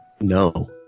No